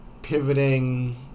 Pivoting